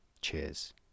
Cheers